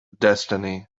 destiny